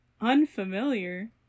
Unfamiliar